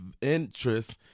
interest